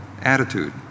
attitude